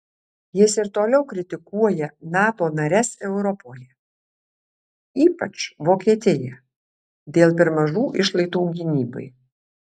jis ir toliau kritikuoja nato nares europoje ypač vokietiją dėl per mažų išlaidų gynybai